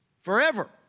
forever